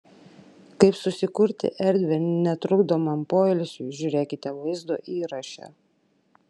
kaip susikurti erdvę netrukdomam poilsiui žiūrėkite vaizdo įraše